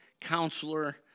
counselor